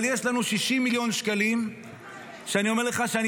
אבל יש לנו 60 מיליון שקלים שאני אומר לך שאני